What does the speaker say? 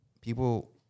people